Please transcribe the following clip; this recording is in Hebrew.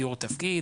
תיאור תפקיד,